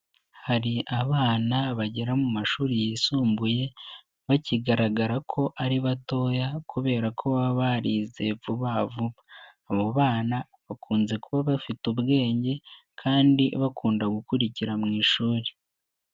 Hari abana bagera mu mashuri yisumbuye bakigaragara ko ari batoya kubera ko baba barize vuba vuba, abo bana bakunze kuba bafite ubwenge kandi bakunda gukurikira mu ishuri.